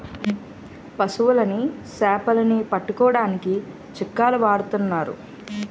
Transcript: పశువులని సేపలని పట్టుకోడానికి చిక్కాలు వాడతన్నారు